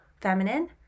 feminine